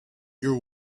your